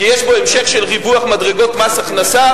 כי יש בו המשך של ריווח מדרגות מס הכנסה,